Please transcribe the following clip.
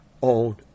on